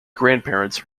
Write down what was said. grandparents